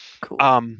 Cool